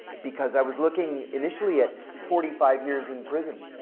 because i was looking initially at forty five years in prison.